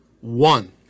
one